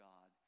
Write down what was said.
God